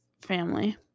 family